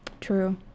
True